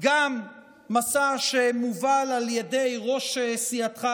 גם מסע שמובל על ידי ראש סיעתך,